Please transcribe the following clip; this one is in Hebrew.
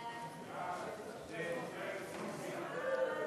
ההצעה